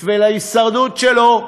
בשביל ההישרדות שלו,